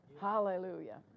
Hallelujah